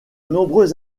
nombreux